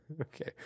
Okay